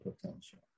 potential